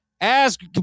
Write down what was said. Ask